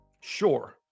Sure